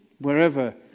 wherever